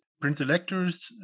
prince-electors